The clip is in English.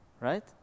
Right